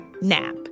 nap